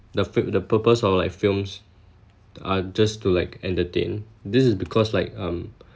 the film the purpose of like films are just to like entertain this is because like um